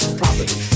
property